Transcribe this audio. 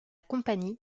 compagnie